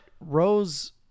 Rose